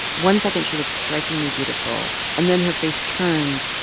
one second, she looks strikingly beautiful, and then her face turns,